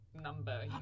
number